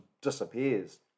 disappears